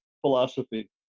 philosophy